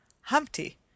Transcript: Humpty